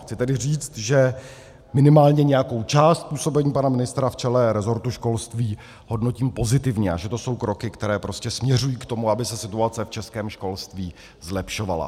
Chci tedy říct, že minimálně nějakou část působení pana ministra v čele rezortu školství hodnotím pozitivně a že to jsou kroky, které prostě směřují k tomu, aby se situace v českém školství zlepšovala.